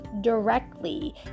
directly